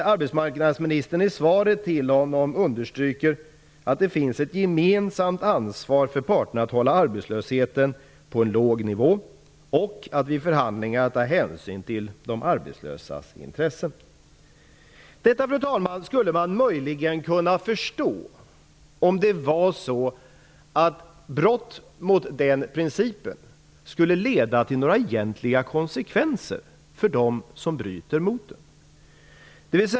Arbetsmarknadsministern understryker i svaret till honom att det finns ett gemensamt ansvar för parterna för att hålla arbetslösheten på en låg nivå och för att vid förhandlingar ta hänsyn till de arbetslösas intressen. Detta, fru talman, skulle man möjligen kunna förstå om det var så att brott mot den principen skulle leda till några egentliga konsekvenser för dem som bryter mot den.